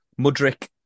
Mudrick